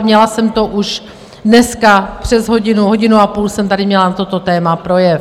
Měla jsem to už dneska přes hodinu, hodinu a půl jsem tady měla na toto téma projev.